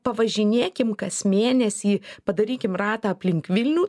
pavažinėkim kas mėnesį padarykim ratą aplink vilnių